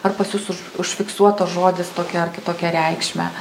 ar pas jus už užfiksuotas žodis tokia ar kitokia reikšme